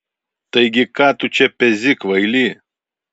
taigi ką tu čia pezi kvaily